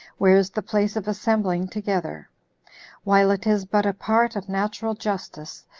where is the place of assembling together while it is but a part of natural justice,